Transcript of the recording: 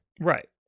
Right